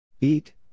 Eat